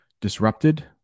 Disrupted